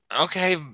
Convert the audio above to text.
Okay